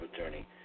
attorney